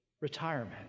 retirement